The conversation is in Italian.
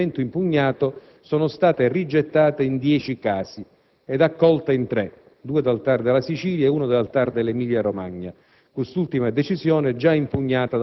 le istanze di sospensiva del provvedimento impugnato sono state rigettate in dieci casi ed accolte in tre (due dal TAR della Sicilia e uno dal TAR dell'Emilia-Romagna,